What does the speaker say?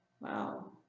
wow